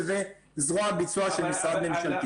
שזה זרוע הביצוע של משרד ממשלתי.